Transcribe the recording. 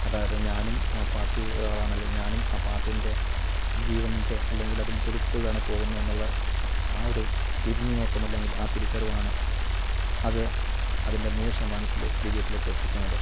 അതായത് ഞാനും ആ പാട്ടിൽ ഒരാളാണല്ലോ ഞാനും ആ പാട്ടിൻ്റെ ജീവൻ്റെ അല്ലെങ്കിൽ അതിൻ്റെ തുടിപ്പുകളിലാണ് പോകുന്നെ എന്നുള്ള ആ ഒരു തിരിഞ്ഞുനോട്ടം അല്ലെങ്കിൽ ആ തിരിച്ചറിവാണ് അത് അതിൻ്റെ നൂറ് ശതമാനത്തിലെ വിജയത്തിലേക്കെത്തിക്കുന്നത്